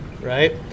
right